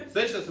this,